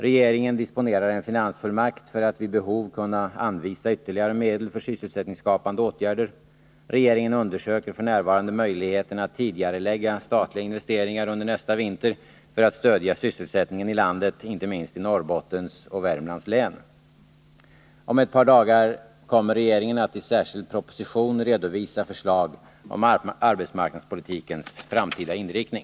Regeringen disponerar en finansfullmakt för att vid behov kunna anvisa ytterligare medel för sysselsättningsskapande åtgärder. Regeringen undersöker f. n. möjligheterna att tidigarelägga statliga investeringar under nästa vinter för att stödja sysselsättningen i landet, inte minst i Norrbottens och Värmlands län. Om ett par dagar kommer regeringen att i särskild proposition redovisa förslag om arbetsmarknadspolitikens framtida inriktning.